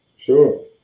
sure